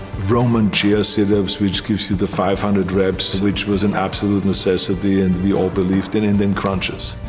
roman chair sit-ups, which gives you the five hundred reps, which was an absolute necessity, and we all believe in, and then crunches.